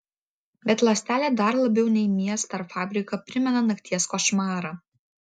bet ląstelė dar labiau nei miestą ar fabriką primena nakties košmarą